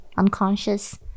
unconscious